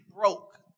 broke